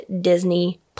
Disney+